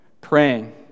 praying